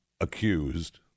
accused